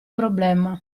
problema